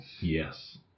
Yes